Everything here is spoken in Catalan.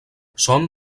són